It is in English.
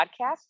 podcast